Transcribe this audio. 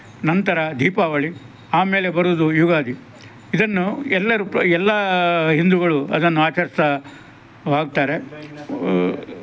ನಂತರ ದೀಪಾವಳಿ ಆಮೇಲೆ ಬರೋದು ಯುಗಾದಿ ಇದನ್ನು ಎಲ್ಲರೂ ಎಲ್ಲ ಹಿಂದೂಗಳು ಅದನ್ನು ಆಚರಿಸ್ತಾ ಹೋಗ್ತಾರೆ